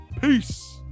Peace